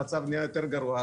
המצב נהיה יותר גרוע.